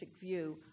view